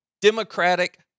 democratic